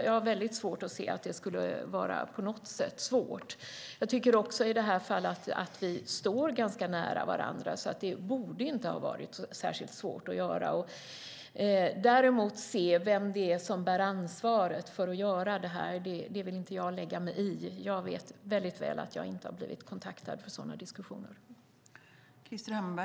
Jag har väldigt svårt att se att det på något sätt skulle vara svårt. Jag tycker också att vi i det här fallet står ganska nära varandra. Det borde inte ha varit särskilt svårt att göra. Att däremot se vem det är som bär ansvaret för att göra det vill inte jag lägga mig i. Jag vet väldigt väl att jag inte har blivit kontaktad för sådana diskussioner.